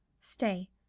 Stay